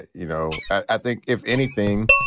you know, i think if anything,